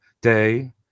day